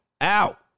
out